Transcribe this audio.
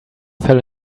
fell